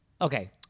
Okay